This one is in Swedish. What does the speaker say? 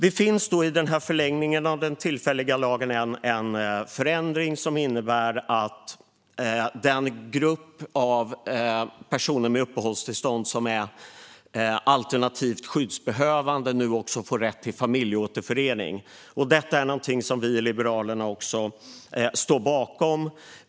I samband med förlängningen av den tillfälliga lagen görs en förändring som innebär att den grupp av personer med uppehållstillstånd som är alternativt skyddsbehövande nu också får rätt till familjeåterförening. Detta är något som vi i Liberalerna står bakom.